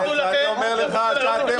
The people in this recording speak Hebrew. אני אומר לך שאתם מובילים את המדינה לאסון.